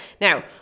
now